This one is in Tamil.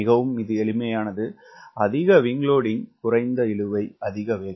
மிகவும் எளிமையிது அதிக விங்க் லோடிங்க் குறைந்த இழுவை அதிக வேகம்